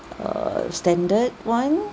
err standard one